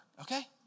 okay